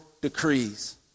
decrees